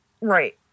Right